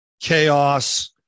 chaos